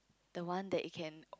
the one that it can